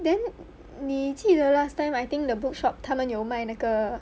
then 你记得 last time I think the bookshop 他们有卖那个